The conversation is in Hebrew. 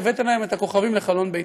והבאת להם את הכוכבים לחלון ביתם.